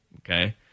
okay